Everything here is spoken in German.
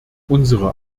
unsere